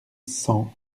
cent